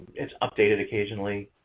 it's updated occasionally,